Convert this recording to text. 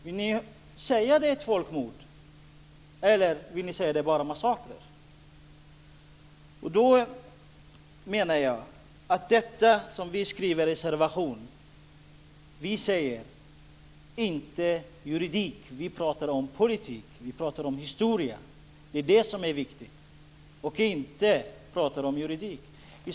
Vill ni säga att det är ett folkmord, eller vill ni säga att det bara är massakrer? Vi menar att detta, som vi skriver i vår reservation, inte är juridik. Vi pratar om politik. Vi pratar om historia. Det är det som är viktigt, inte att prata om juridik.